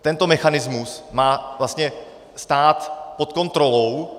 Tento mechanismus má vlastně stát pod kontrolou.